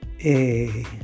Hey